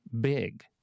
big